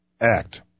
Act